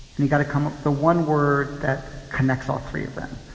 and you got to come up with the one word that connects all three of them.